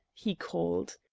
he called.